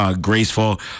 graceful